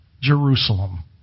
Jerusalem